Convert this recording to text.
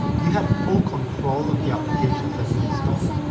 you had full control on the applications that you installed.